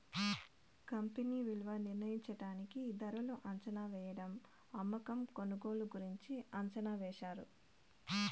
company విలువ నిర్ణయించడానికి ధరలు అంచనావేయడం అమ్మకం కొనుగోలు గురించి అంచనా వేశారు